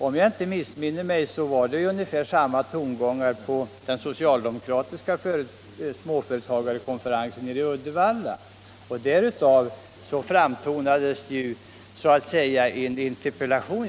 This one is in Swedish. Om jag inte missminner mig var det ungefär samma tongångar på den socialdemokratiska småföretagarkonferensen i Uddevalla, som så att säga frammanade en interpellation.